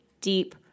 deep